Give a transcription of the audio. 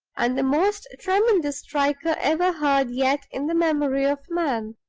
and the most tremendous striker ever heard yet in the memory of man!